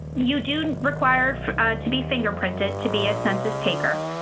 you do require to be fingerprinted to be a census taker.